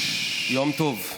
יום טוב,